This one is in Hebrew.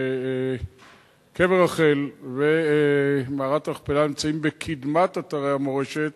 שקבר רחל ומערת המכפלה נמצאים בקדמת אתרי המורשת,